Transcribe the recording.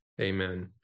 amen